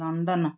London